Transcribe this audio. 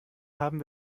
haben